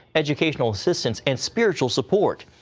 educational assistance, and spiritual support.